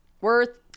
worth